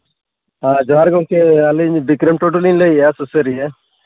ᱡᱚᱦᱟᱨ ᱜᱮ ᱜᱚᱢᱠᱮ ᱟᱹᱞᱤᱧ ᱵᱤᱠᱨᱚᱢ ᱴᱩᱰᱩᱞᱤᱧ ᱞᱟᱹᱭᱮᱫᱼᱟ ᱥᱩᱥᱟᱹᱨᱤᱭᱟᱹ